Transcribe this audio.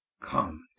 Come